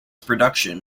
production